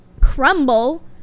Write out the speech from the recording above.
crumble